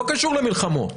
לא קשור למלחמות.